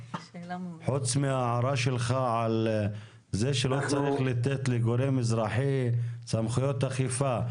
חוץ מההערה שלך על כך שלא צריך לתת לגורם אזרחי סמכויות אכיפה,